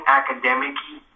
academic-y